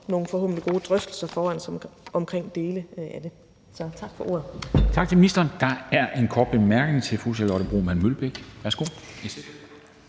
nogle gode drøftelser foran os omkring dele af det. Så tak for ordet.